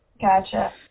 Gotcha